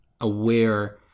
aware